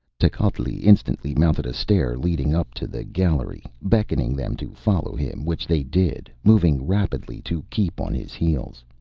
techotl instantly mounted a stair leading up to the gallery, beckoning them to follow him, which they did, moving rapidly to keep on his heels.